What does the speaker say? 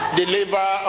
deliver